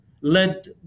led